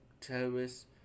terrorists